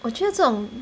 我觉得这种